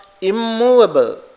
immovable